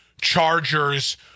Chargers